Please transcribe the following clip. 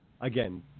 again